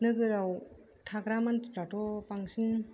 नोगोराव थाग्रा मानसिफ्राथ' बांसिन